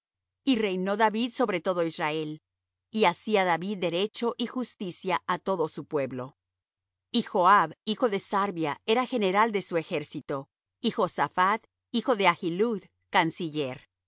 y reinó david sobre todo israel y hacía david derecho y justicia á todo su pueblo y joab hijo de sarvia era general de su ejército y josaphat hijo de ahilud canciller